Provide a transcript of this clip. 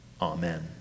Amen